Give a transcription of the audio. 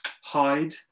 Hide